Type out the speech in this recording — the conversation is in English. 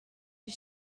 his